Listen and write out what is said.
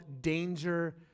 Danger